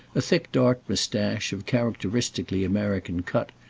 a thick dark moustache, of characteristically american cut,